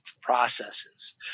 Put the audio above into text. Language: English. processes